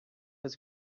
his